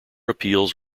appeals